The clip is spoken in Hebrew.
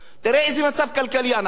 תראה באיזה מצב כלכלי אנחנו: